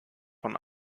von